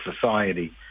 society